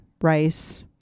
rice